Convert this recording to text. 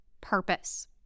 purpose